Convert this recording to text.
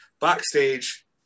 Backstage